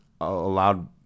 allowed